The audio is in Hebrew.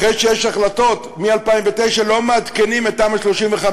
אחרי שיש החלטות מ-2009 לא מעדכנים את תמ"א 35,